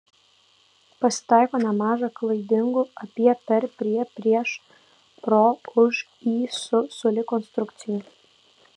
pasitaiko nemaža klaidingų apie per prie prieš pro už į su sulig konstrukcijų